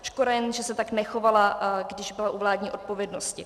Škoda jen, že se tak nechovala, když byla u vládní odpovědnosti.